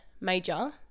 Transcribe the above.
major